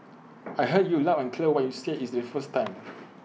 I heard you loud and clear when you said is the first time